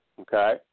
Okay